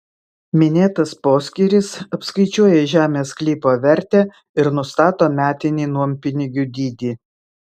minėtas poskyris apskaičiuoja žemės sklypo vertę ir nustato metinį nuompinigių dydį